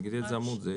איזה עמוד זה?